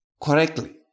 correctly